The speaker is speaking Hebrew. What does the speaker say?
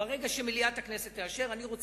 ברגע שמליאת הכנסת תאשר, אני רוצה,